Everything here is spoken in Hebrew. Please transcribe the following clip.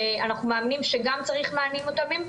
שאנחנו אומרים שגם צריך מענים מותאמים,